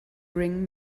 ring